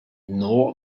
nor